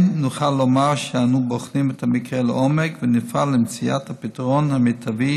כן נוכל לומר שאנו בוחנים את המקרה לעומק ונפעל למציאת הפתרון המיטבי